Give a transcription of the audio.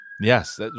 Yes